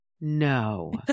no